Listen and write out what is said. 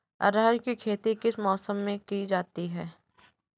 अरहर की खेती किस मौसम में की जाती है?